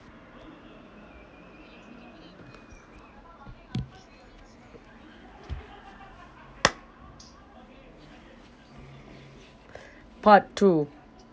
part two